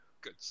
Good-